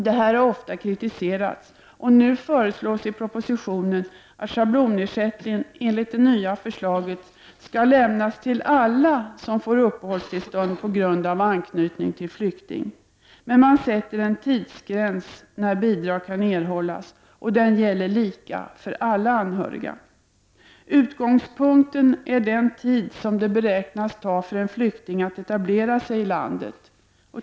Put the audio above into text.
Det här har ofta kritiserats, och nu föreslås i propositionen, att schablonersättning enligt det nya förslaget skall lämnas till alla som får uppehållstillstånd på grund av anknytning till flykting. Men man sätter en tidsgräns för hur länge bidrag kan erhållas, och den gäller lika för alla anhöriga. Utgångspunkten är den tid som det beräknas ta för en flykting att etablera sig i landet.